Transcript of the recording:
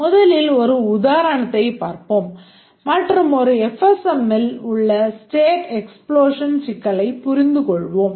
முதலில் ஒரு உதாரணத்தைப் பார்ப்போம் மற்றும் ஒரு FSMஇல் உள்ள ஸ்டேட் எக்ஸ்ப்ளோஷன் சிக்கலைப் புரிந்துகொள்வோம்